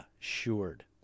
assured